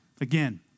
Again